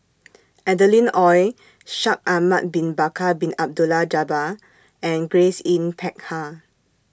Adeline Ooi Shaikh Ahmad Bin Bakar Bin Abdullah Jabbar and Grace Yin Peck Ha